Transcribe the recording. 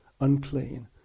unclean